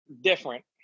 different